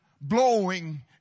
blowing